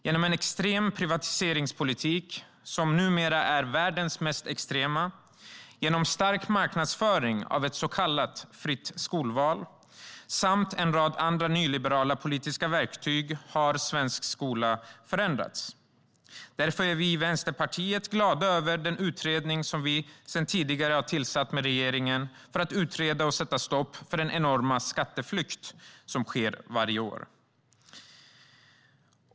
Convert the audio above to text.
Genom en extrem privatiseringspolitik, som numera är världens mest extrema, genom stark marknadsföring av ett så kallat fritt skolval samt en rad andra nyliberala politiska verktyg har svensk skola förändrats. Därför är vi i Vänsterpartiet glada över den utredning som vi har tillsatt tillsammans med regeringen för att utreda och sätta stopp för den enorma skatteflykt som sker varje år.